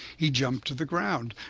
he jumped to the ground,